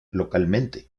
localmente